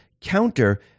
counter